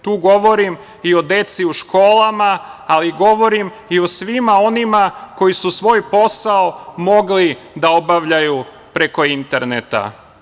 Tu govorim i o deci u školama, ali govorim i o svima onima koji su svoj posao mogli da obavljaju preko interneta.